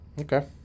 Okay